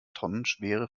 tonnenschwere